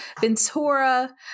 ventura